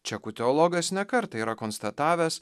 čekų teologas ne kartą yra konstatavęs